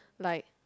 like